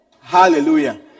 Hallelujah